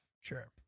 Sure